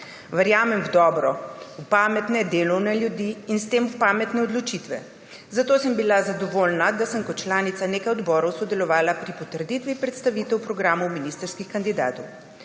Verjamem v dobro, v pametne, delavne ljudi in s tem pametne odločitve, zato sem bila zadovoljna, da sem kot članica nekaj odborov sodelovala pri potrditvi predstavitev programov ministrskih kandidatov.